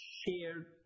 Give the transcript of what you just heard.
shared